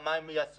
מה הם יעשו,